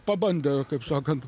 pabandė kaip sakant